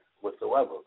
whatsoever